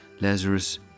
Lazarus